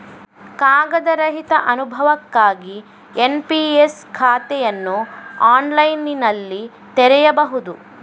ಕಾಗದ ರಹಿತ ಅನುಭವಕ್ಕಾಗಿ ಎನ್.ಪಿ.ಎಸ್ ಖಾತೆಯನ್ನು ಆನ್ಲೈನಿನಲ್ಲಿ ತೆರೆಯಬಹುದು